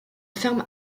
ferme